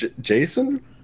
Jason